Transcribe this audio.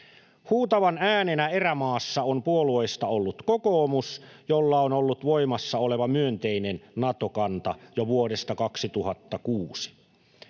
Huutavan äänenä erämaassa on puolueista ollut kokoomus, jolla on ollut voimassa oleva myönteinen Nato-kanta jo vuodesta 2006.